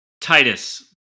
Titus